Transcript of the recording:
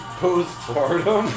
postpartum